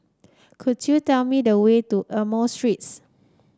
could you tell me the way to Amoy Street